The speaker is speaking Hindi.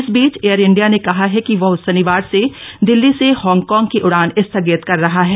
इस बीच एयर इंडिया ने कहा है कि वह शनिवार से दिल्ली से हांगकांग की उड़ान स्थगित कर रहा है